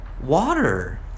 Water